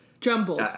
Jumbled